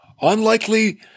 Unlikely